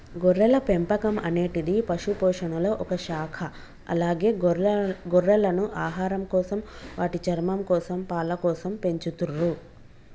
గొర్రెల పెంపకం అనేటిది పశుపోషణలొ ఒక శాఖ అలాగే గొర్రెలను ఆహారంకోసం, వాటి చర్మంకోసం, పాలకోసం పెంచతుర్రు